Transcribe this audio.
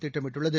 திட்டமிட்டுள்ளது